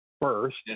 first